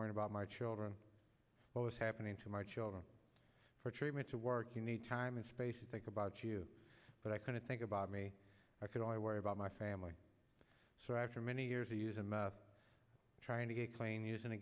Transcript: worrying about my children what was happening to my children for treatment to work you need time and space to think about you but i kind of think about me i could only worry about my family so after many years of use and trying to get